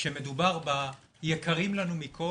כשמדובר ביקרים לנו מכל,